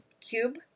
Cube